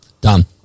Done